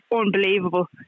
unbelievable